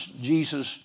Jesus